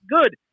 good